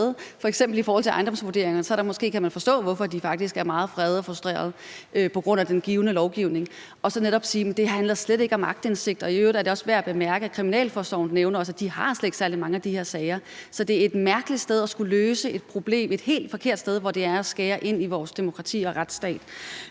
– f.eks. i forhold til ejendomsvurderinger kan man måske forstå, hvorfor de faktisk er meget vrede og frustrerede på grund af den givne lovgivning – og så netop sige, at det her slet ikke handler om aktindsigt. I øvrigt er det også værd at bemærke, at kriminalforsorgen også nævner, at de slet ikke har særlig mange af de her sager. Så det er et mærkeligt sted at skulle løse et problem. Det er et helt forkert sted, og det er at skære ind i vores demokrati og vores retsstat.